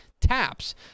TAPS